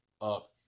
up